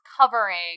covering